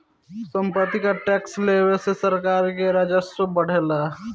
सम्पत्ति टैक्स लेवे से सरकार के राजस्व बढ़ेला